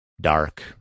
dark